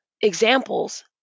examples